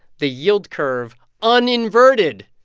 the yield curve uninverted.